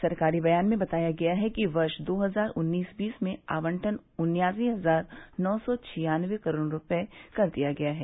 सरकारी बयान में बताया गया है कि वर्ष दो हजार उन्नीस बीस में आवंटन उन्यासी हजार नौ सौ छियान्नबे करोड़ रुपये कर दिया गया है